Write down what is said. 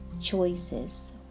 choices